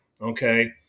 Okay